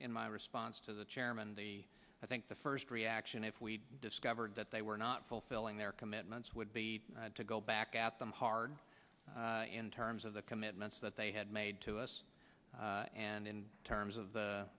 in my response to the chairman the i think the first reaction if we discovered that they were not fulfilling their commitments would be to go back at them hard in terms of the commitments that they had made to us and in terms of the